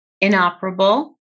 inoperable